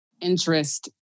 interest